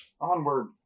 Onward